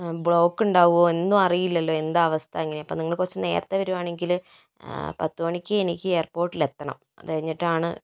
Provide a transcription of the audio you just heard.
block ഉണ്ടാകുമോ ഒന്നും അറിയില്ലലോ എന്താണ് അവസ്ഥ എങ്ങനെയാണ് അപ്പോൾ നിങ്ങൾ കുറച്ചു നേരത്തെ വരികയാണെങ്കിൽ പത്തു മണിക്ക് എനിക്ക് എയർപോർട്ടിൽ എത്തണം അത് കഴിഞ്ഞിട്ടാണ്